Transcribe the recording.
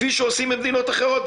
כפי שעושים במדינות אחרות.